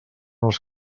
els